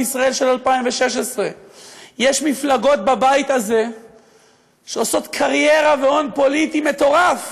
בישראל של 2016. יש מפלגות בבית הזה שעושות קריירה והון פוליטי מטורף